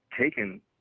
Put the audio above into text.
taken